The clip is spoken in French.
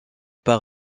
par